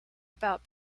about